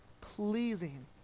pleasing